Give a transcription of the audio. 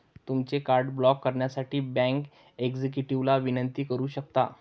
तुमचे card block करण्यासाठी bank एक्झिक्युटिव्हला विनंती करू शकता